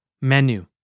Menu